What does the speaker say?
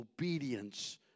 obedience